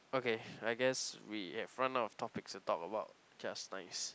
okay I guess we have run out of topics to talk about just nice